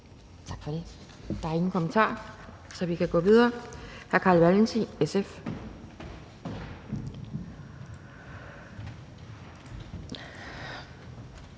Tak for det. Der er ingen kommentarer. Så vi kan gå videre til hr. Carl Valentin, SF.